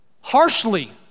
harshly